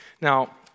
Now